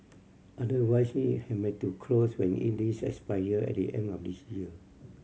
otherwise it have may to close when in lease expire at the end of this year